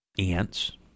Ants